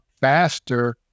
faster